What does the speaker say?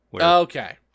Okay